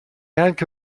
anche